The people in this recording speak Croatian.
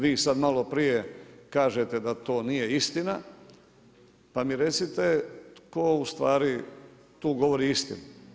Vi sada maloprije kažete da to nije istina, pa mi recite tko ustvari tu govori istinu?